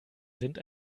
sind